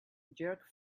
jerk